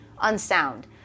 unsound